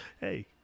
hey